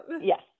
Yes